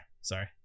Sorry